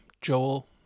Joel